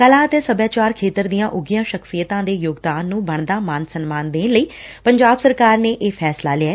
ਕਲਾ ਅਤੇ ਸਭਿਆਚਾਰਕ ਖੇਤਰ ਦੀਆਂ ਉੱਘੀਆਂ ਸਖਸ਼ੀਅਤਾਂ ਦੇ ਯੋਗਦਾਨ ਨੁੰ ਬਣਦਾ ਮਾਣ ਸਨਾਮਨ ਦੇਣ ਲਈ ਪੰਜਾਬ ਸਰਕਾਰ ਨੇ ਇਹ ਫੈਸਲਾ ਲਿਐ